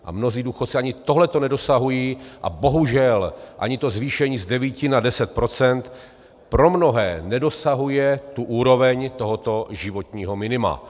A mnozí důchodci ani tohleto nedosahují a bohužel ani to zvýšení z devíti na deset procent pro mnohé nedosahuje úrovně tohoto životního minima.